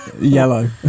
Yellow